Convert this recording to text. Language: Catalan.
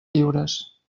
lliures